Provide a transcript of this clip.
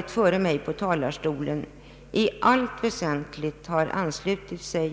talat före mig i allt väsentligt har anslutit sig